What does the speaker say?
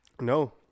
no